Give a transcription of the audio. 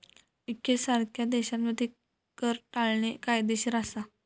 UK सारख्या देशांमध्ये कर टाळणे कायदेशीर असा